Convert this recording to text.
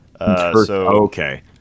Okay